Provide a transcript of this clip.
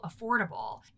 affordable